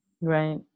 Right